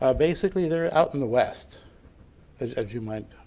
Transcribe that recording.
ah basically they're out in the west as as you might